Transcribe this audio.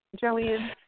Joanne